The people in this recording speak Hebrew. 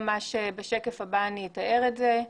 בשקף הבא אני אתאר את זה.